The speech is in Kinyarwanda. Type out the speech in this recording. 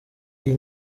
iyi